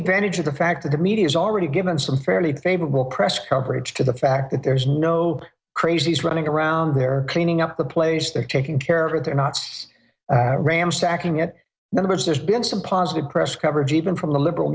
advantage of the fact that the media is already given some fairly favorable press coverage to the fact that there's no crazies running around there cleaning up the place they're taking care of their knots ram stacking it now because there's been some positive press coverage even from the liberal